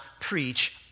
preach